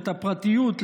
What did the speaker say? את הפרטיות,